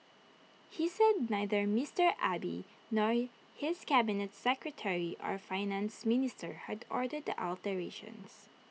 he said neither Mister Abe nor his cabinet secretary or Finance Minister had ordered the alterations